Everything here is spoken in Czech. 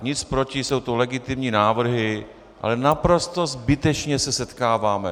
Nic proti, jsou to legitimní návrhy, ale naprosto zbytečně se setkáváme.